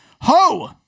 Ho